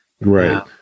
Right